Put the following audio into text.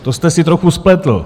To jste si trochu spletl!